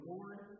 Lord